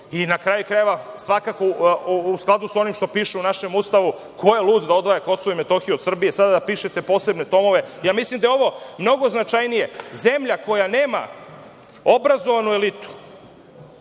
Na kraju krajeva, svakako u skladu sa onim što piše u našem Ustavu. Ko je lud da odvaja KiM od Srbije? Sada da pišete posebne tomove. Mislim da je ovo mnogo značajnije. Zemlja koja nema obrazovanu elitu